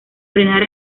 frenar